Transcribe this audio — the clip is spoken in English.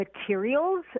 materials